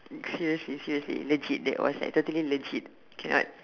seriously seriously legit that was totally legit cannot